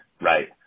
right